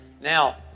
Now